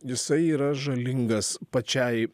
jisai yra žalingas pačiai